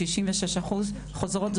66% חוזרות.